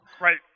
right